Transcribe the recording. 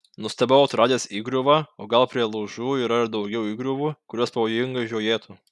nustebau atradęs įgriuvą o gal prie lūžų yra ir daugiau įgriuvų kurios pavojingai žiojėtų